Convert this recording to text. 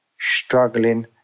struggling